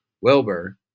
Wilbur